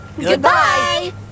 Goodbye